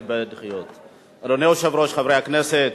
אדוני היושב-ראש, חברי הכנסת,